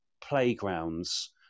playgrounds